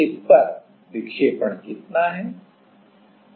tip पर विक्षेपण कितना है